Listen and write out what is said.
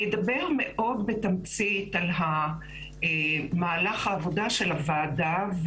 אני אדבר מאוד בתמצית על מהלך העבודה של הוועדה,